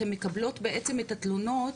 אתם מקבלות בעצם את התלונות,